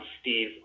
Steve